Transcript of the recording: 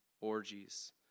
orgies